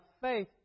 faith